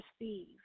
receive